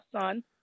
son